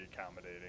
accommodating